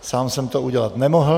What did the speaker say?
Sám jsem to udělat nemohl.